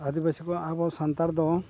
ᱟᱹᱫᱤᱵᱟᱹᱥᱤ ᱠᱚ ᱟᱵᱚ ᱥᱟᱱᱛᱟᱲ ᱫᱚ